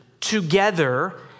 together